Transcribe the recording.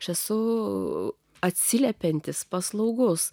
čia su atsiliepiantis paslaugus